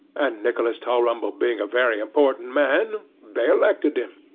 and nicholas tulrumble being a very important man, they elected him,